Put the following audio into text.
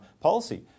policy